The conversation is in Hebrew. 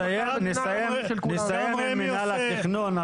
נסיים עם מינהל התכנון,